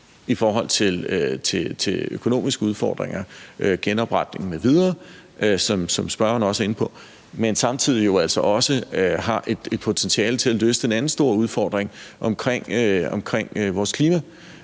i forhold til økonomiske udfordringer, til genopretning m.v., som spørgeren også er inde på, men samtidig jo altså også har et potentiale til at løfte den anden store udfordring, vores klima.